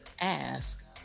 ask